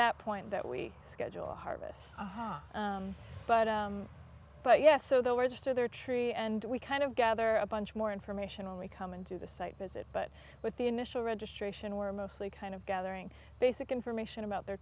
that point that we schedule harvest but but yes so the words to their tree and we kind of gather a bunch more information when we come into the site visit but with the initial registration we're mostly kind of gathering basic information about their